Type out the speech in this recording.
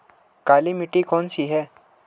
काली मिट्टी कौन सी है?